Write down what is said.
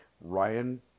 Ryan